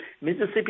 Mississippi